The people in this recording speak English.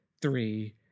three